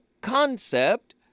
concept